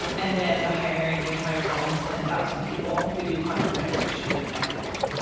and and then the hiring. we hired almost ten thousand people who do content moderation at google.